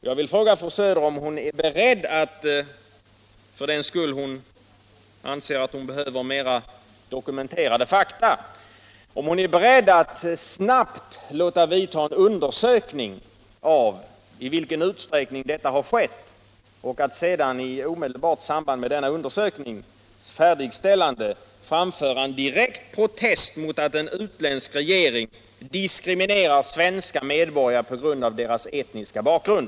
Jag vill fråga fru Söder om hon är beredd att, för den händelse att hon anser att det behövs mera av dokumenterade fakta, snabbt låta företa en undersökning av i vilken utsträckning fall av detta slag har inträffat och sedan omedelbart efter denna undersöknings färdigställande framföra en direkt protest mot att en utländsk regering diskriminerar svenska medborgare på grund av deras etniska bakgrund.